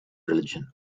religion